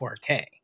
4K